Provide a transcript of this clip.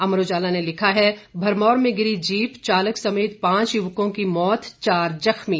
अमर उजाला ने लिखा है भरमौर में गिरी जीप चालक समेत पांच युवकों की मौत चार जख्मी